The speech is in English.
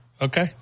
okay